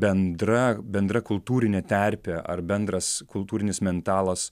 bendra bendra kultūrinė terpė ar bendras kultūrinis mentalas